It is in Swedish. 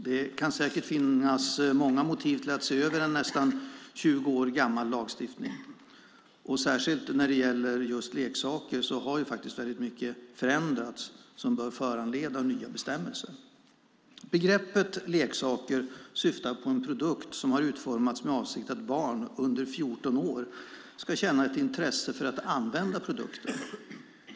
Det kan säkert finnas många motiv till att se över en nästan 20 år gammal lagstiftning, och särskilt när det gäller leksaker har väldigt mycket förändrats som bör föranleda nya bestämmelser. Begreppet leksak syftar på en produkt som utformats med avsikt att barn under 14 år ska känna ett intresse för att använda produkten.